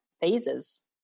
phases